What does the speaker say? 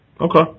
Okay